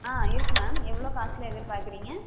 ஆ இருக்குது மேம் எவ்வளோ காசில் எதிர்பார்க்குறீங்க